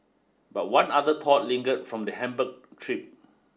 but one other thought lingered from the Hamburg trip